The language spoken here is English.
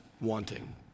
wanting